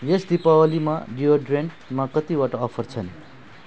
यस दीपावलीमा डियोड्रेन्टमा कतिवटा अफर छन्